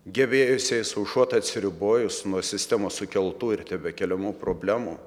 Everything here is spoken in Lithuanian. gebėjusiais užuot atsiribojus nuo sistemos sukeltų ir tebekeliamų problemų